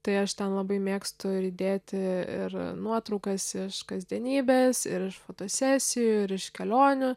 tai aš ten labai mėgstu ir įdėti ir nuotraukas iš kasdienybės ir iš fotosesijų ir iš kelionių